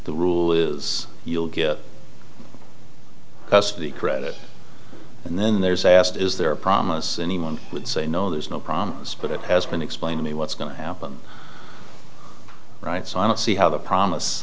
the rule is you'll get custody credit and then there's asked is there a promise anyone would say no there's no problem but it has been explained to me what's going to happen right so i don't see how the promise